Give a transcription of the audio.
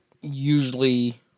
usually